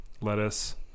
Lettuce